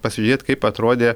pasižiūrėt kaip atrodė